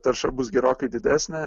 tarša bus gerokai didesnė